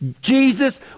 Jesus